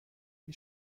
wie